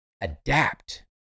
adapt